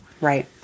Right